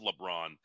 LeBron